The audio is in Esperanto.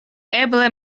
eble